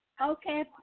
Okay